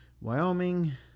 Wyoming